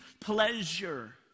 pleasure